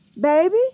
Baby